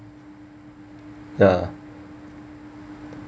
ya